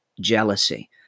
jealousy